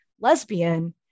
lesbian